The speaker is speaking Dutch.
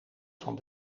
van